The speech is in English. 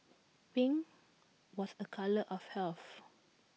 pink was A colour of health